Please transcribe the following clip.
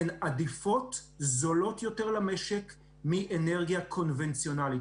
הן עדיפות וזולות יותר למשק מאנרגיה קונבנציונלית.